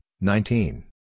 nineteen